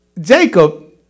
Jacob